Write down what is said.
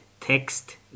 text